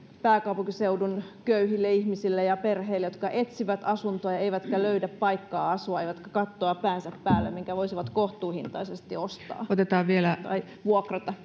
pääkaupunkiseudun köyhille ihmisille ja perheille jotka etsivät asuntoa eivätkä löydä paikkaa asua eivätkä kattoa päänsä päälle minkä voisivat kohtuuhintaisesti ostaa tai vuokrata